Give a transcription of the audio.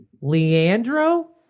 leandro